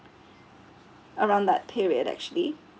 around that period actually